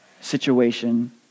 situation